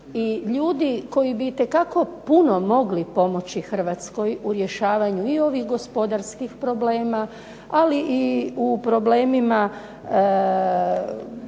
ljudi koji bi mogli pomoći Hrvatskoj u rješavanju ovih gospodarskih problema ali i u problemima